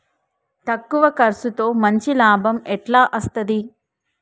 తక్కువ కర్సుతో మంచి లాభం ఎట్ల అస్తది?